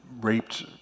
raped